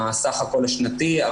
סך הכול השנתי,